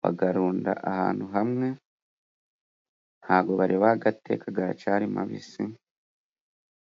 bagarunda ahantu hamwe ntago bari bagateka garacari mabisi,